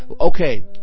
Okay